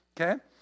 okay